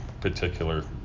particular